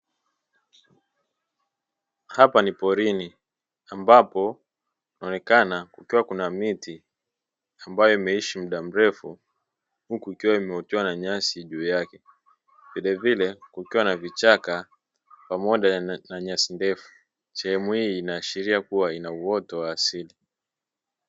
Hapa ni porini, ambapo panaonekana kukiwa kuna miti ambayo imeishi mda mrefu, huku ikiwa imeotewa na nyasi juu yake, vilevile kukiwa na vichaka pamoja na nyasi ndefu, sehemu hii inaashiria kuwa ina uoto wa asili.